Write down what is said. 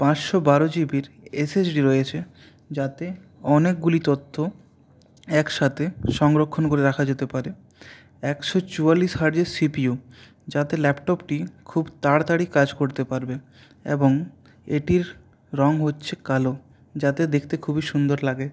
পাঁচশো বারো জিবির এসএসডি রয়েছে যাতে অনেকগুলি তথ্য একসাথে সংরক্ষণ করে রাখা যেতে পারে একশো চুয়াল্লিশ হার্টজের সিপিইউ যাতে ল্যাপটপটি খুব তাড়াতাড়ি কাজ করতে পারবে এবং এটির রঙ হচ্ছে কালো যাতে দেখতে খুবই সুন্দর লাগে